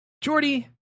Jordy